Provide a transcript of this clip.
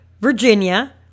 Virginia